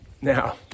Now